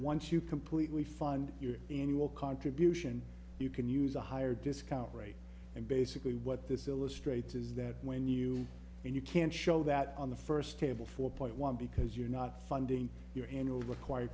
once you completely find your annual contribution you can use a higher discount rate and basically what this illustrates is that when you and you can show that on the first table four point one because you're not funding you